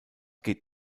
geht